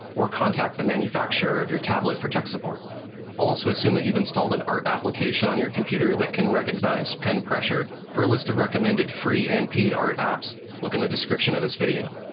or contact the manufacturer of your tablet for tech support. i'll also assume that you've installed an art application on your computer that can recognize pen pressure. for a list of recommended free and paid art apps, look in the description of this video.